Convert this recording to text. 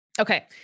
Okay